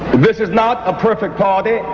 this is not a perfect party.